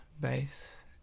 base